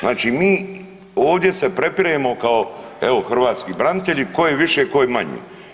Znači mi ovdje se prepiremo kao evo hrvatski branitelji ko je više ko je manje.